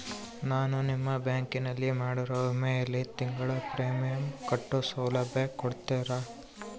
ನಾನು ನಿಮ್ಮ ಬ್ಯಾಂಕಿನಲ್ಲಿ ಮಾಡಿರೋ ವಿಮೆಯಲ್ಲಿ ತಿಂಗಳ ಪ್ರೇಮಿಯಂ ಕಟ್ಟೋ ಸೌಲಭ್ಯ ಕೊಡ್ತೇರಾ?